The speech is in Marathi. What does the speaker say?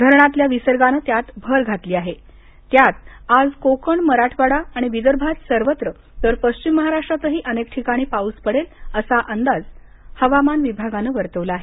धरणातल्या विसर्गानं त्यात भर घातली आहे त्यात आज कोकण मराठवाडा आणि विदर्भात सर्वत्र तर पश्चिम महाराष्ट्रातही अनेक ठिकाणी पाऊस पडेल असा अंदाज हवामान विभागानं वर्तवला आहे